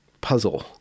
puzzle